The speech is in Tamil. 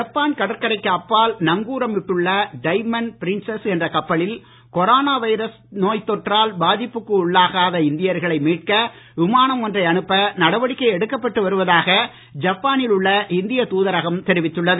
ஜப்பான் கடற்கரைக்கு அப்பால் நங்கூரம் இட்டுள்ள டைமண்ட் பிரின்சஸ் என்ற கப்பலில் கொரானா வைரஸ் நோய் தொற்றால் பாதிப்புக்கு உள்ளாகாத இந்தியர்களை மீட்க விமானம் ஒன்றை அனுப்ப நடவடிக்கை எடுக்கப்பட்டு வருவதாக ஜப்பானில் உள்ள இந்திய தூதரகம் தெரிவித்துள்ளது